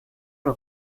nur